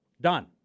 Done